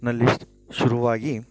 ನಲ್ಲಿ ಶುರುವಾಗಿ